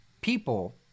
people